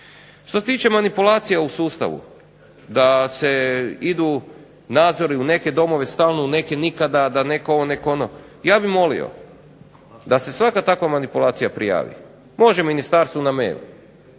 Što se tiče manipulacija u sustavu, da se idu nadzori u neke domove stalno, u neke nikada, da netko ovo, netko ono. Ja bih molio da se svaka takva manipulacija prijavi. Može ministarstvu na mail.